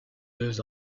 deux